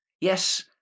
Yes